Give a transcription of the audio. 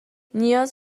نیاز